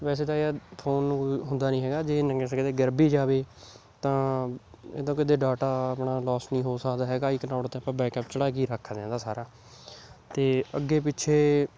ਵੈਸੇ ਤਾਂ ਯਾਰ ਫੋਨ ਨੂੰ ਹੁ ਹੁੰਦਾ ਨਹੀਂ ਹੈਗਾ ਜੇ ਇਨਕੇਸ ਕਿਤੇ ਗਿਰ ਵੀ ਜਾਵੇ ਤਾਂ ਇਹਦਾ ਕਦੇ ਡਾਟਾ ਆਪਣਾ ਲੋਸ ਨਹੀਂ ਹੋ ਸਕਦਾ ਹੈਗਾ ਇੱਕ ਨੋਟ 'ਤੇ ਆਪਾਂ ਬੈਕਅਪ ਚੜ੍ਹਾ ਕੇ ਹੀ ਰੱਖਦੇ ਹਾਂ ਇਹਦਾ ਸਾਰਾ ਅਤੇ ਅੱਗੇ ਪਿੱਛੇ